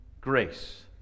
grace